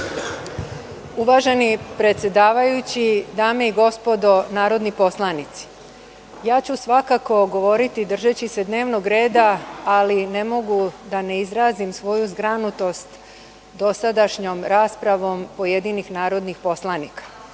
Uvaženi predsedavajući, dame i gospodo narodni poslanici, ja ću svakako govoriti držeći se dnevnog reda, ali ne mogu da ne izrazim svoju zgranutost dosadašnjom raspravom pojedinih narodnih poslanika.